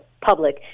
public